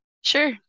Sure